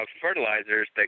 fertilizers